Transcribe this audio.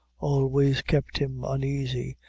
always kept him uneasy,